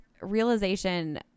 realization